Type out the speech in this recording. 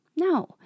No